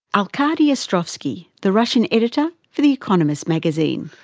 arkady ostrovsky, the russian editor for the economist magazine.